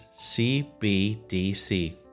CBDC